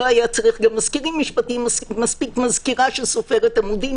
מספיק מזכירה שסופרת עמודים.